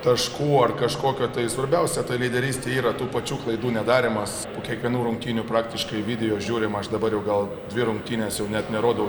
taškų ar kažkokio tai svarbiausia tai lyderystėj yra tų pačių klaidų nedarymas po kiekvienų rungtynių praktiškai video žiūrim aš dabar jau gal dvi rungtynes jau net nerodau video